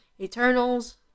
Eternals